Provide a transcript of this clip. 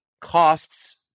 costs